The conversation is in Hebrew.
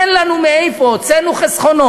אין לנו מאיפה, הוצאנו חסכונות.